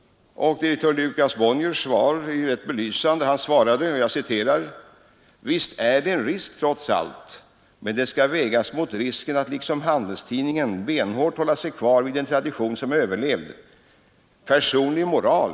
” Direktör Lukas Bonniers svar är belysande. Han svarade: ”Visst är det en risk, trots allt, men det ska vägas vid risken att liksom Handelstidningen benhårt hålla sig kvar vid en tradition som är överlevd. Personlig moral.